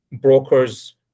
brokers